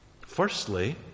Firstly